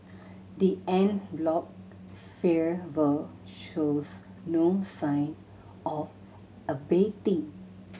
the en bloc fervour shows no sign of abating